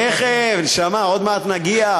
תכף, נשמה, עוד מעט נגיע.